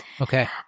Okay